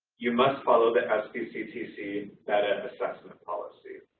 you must follow the sbctc beda assessment policy.